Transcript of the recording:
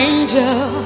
Angel